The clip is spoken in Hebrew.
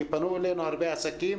כי פנו אלינו הרבה עסקים,